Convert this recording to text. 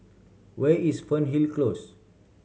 where is Fernhill Close